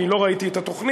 כי לא ראיתי את התוכנית,